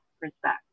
respect